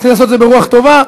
צריך לעשות את זה ברוח טובה,